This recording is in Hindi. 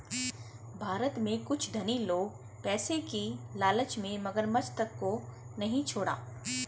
भारत में कुछ धनी लोग पैसे की लालच में मगरमच्छ तक को नहीं छोड़ा